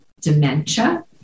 dementia